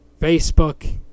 Facebook